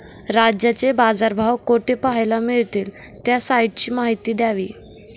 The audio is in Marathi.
रोजचे बाजारभाव कोठे पहायला मिळतील? त्या साईटची माहिती द्यावी